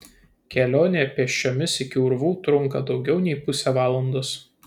kelionė pėsčiomis iki urvų trunka daugiau nei pusę valandos